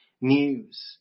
news